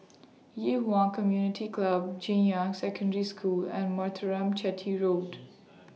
Yi Huan Community Club Junyuan Secondary School and Muthuraman Chetty Road